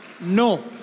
No